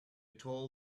tall